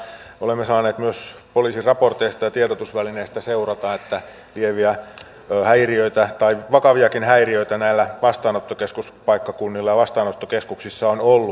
olemme saaneet myös poliisin raporteista ja tiedotusvälineistä seurata että lieviä häiriöitä tai vakaviakin häiriöitä näillä vastaanottokeskuspaikkakunnilla ja vastaanottokeskuksissa on ollut